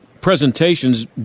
presentations